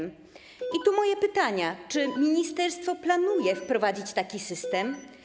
Moje pytania: Czy ministerstwo planuje wprowadzić taki system?